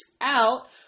out